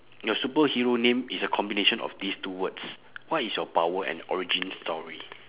your superhero name is a combination of these two words what is your power and origin story